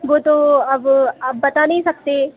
वह तो अब आप बता नहीं सकते